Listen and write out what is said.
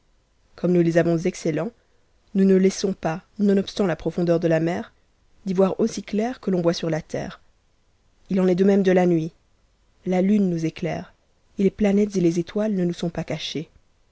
comme nous les avons excellents nous ne laissons as tobstant la profondeur dp la mer d'y voir aussi ctairqu t'on voit sur la terre il en est de même de la nuit la iune nous éclaire et les n u et les étoiles ne nous sont pas cachées